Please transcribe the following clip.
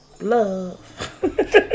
love